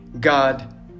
God